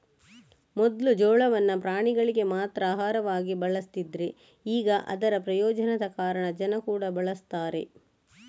ಮೊದ್ಲು ಜೋಳವನ್ನ ಪ್ರಾಣಿಗಳಿಗೆ ಮಾತ್ರ ಆಹಾರವಾಗಿ ಬಳಸ್ತಿದ್ರೆ ಈಗ ಅದರ ಪ್ರಯೋಜನದ ಕಾರಣ ಜನ ಕೂಡಾ ಬಳಸ್ತಾರೆ